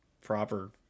proper